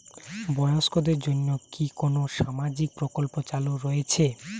বয়স্কদের জন্য কি কোন সামাজিক প্রকল্প চালু রয়েছে?